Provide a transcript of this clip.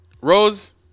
Rose